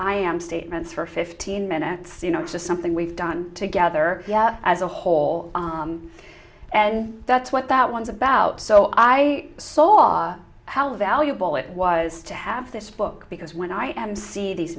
i am statements for fifteen minutes you know it's just something we've done together as a whole and that's what that one's about so i saw how valuable it was to have this book because when i am see these